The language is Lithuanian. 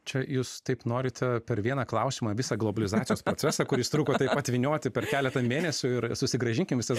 čia jūs taip norite per vieną klausimą visą globalizacijos procesą kuris truko taip atvynioti per keletą mėnesių ir susigrąžinkim visas